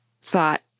thought